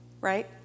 right